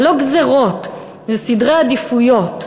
זה לא גזירות, זה סדרי עדיפויות.